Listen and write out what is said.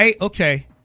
Okay